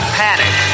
panic